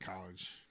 College